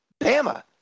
Bama